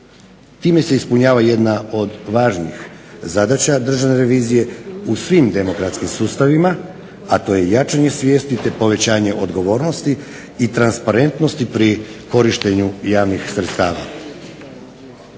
Time se ispunjava jedna od važnih zadaća Državne revizije u svim demokratskim sustavima, a to je jačanje svijesti, te povećanje odgovornosti i transparentnosti pri korištenju javnih sredstava.